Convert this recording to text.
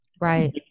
right